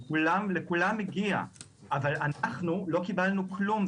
לכולם מגיע אבל אנחנו לא קיבלנו כלום.